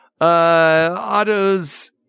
Otto's